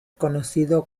conocido